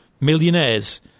millionaires